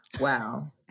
wow